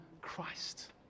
Christ